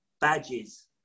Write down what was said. badges